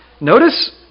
Notice